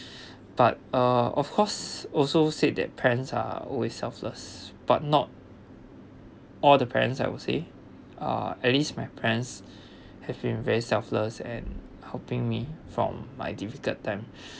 but uh of course also said that parents are always selfless but not all the parents I would say uh at least my parents have been very selfless and helping me from my difficult time